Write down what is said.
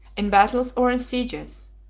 in battles or in sieges.